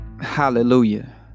Hallelujah